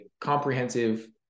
comprehensive